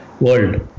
world